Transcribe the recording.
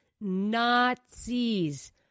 Nazis